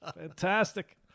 Fantastic